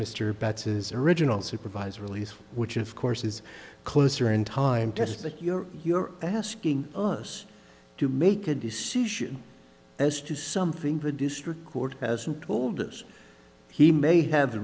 his original supervised release which of course is closer in time test but you know you're asking us to make a decision as to something the district court hasn't told us he may have the